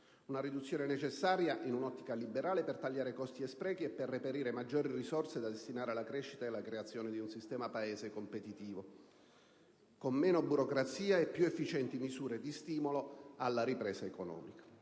una riduzione necessaria in un'ottica liberale, per tagliare costi e sprechi e per reperire maggiori risorse da destinare alla crescita ed alla creazione di un sistema Paese competitivo, con meno burocrazia e più efficienti misure di stimolo alla ripresa economica.